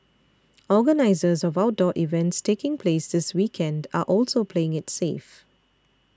organisers of outdoor events taking place this weekend are also playing it safe